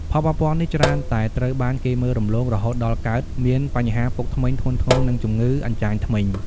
ផលប៉ះពាល់នេះច្រើនតែត្រូវបានគេមើលរំលង រហូតដល់កើតមានបញ្ហាពុកធ្មេញធ្ងន់ធ្ងរ និងជំងឺអញ្ចាញធ្មេញ។